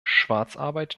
schwarzarbeit